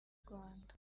rwanda